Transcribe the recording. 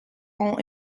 ont